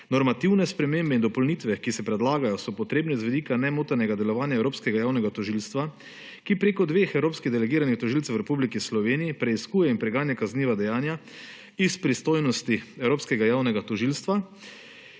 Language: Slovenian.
Normativne spremembe in dopolnite, ki se predlagajo, so potrebne z vidika nemotenega delovanja Evropskega javnega tožilstva, ki preko dveh evropskih delegiranih tožilcev v Republiki Slovenij preiskuje in preganja kazniva dejanja iz pristojnosti Evropskega javnega tožilstva